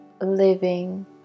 living